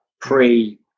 pre